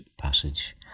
passage